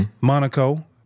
Monaco